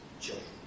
children